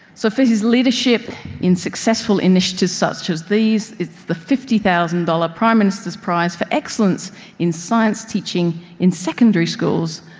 so for his leadership in successful initiatives such as these, it's the fifty thousand dollars prime minister's prize for excellence in science teaching in secondary schools,